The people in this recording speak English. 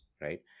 right